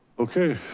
okay,